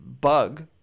bug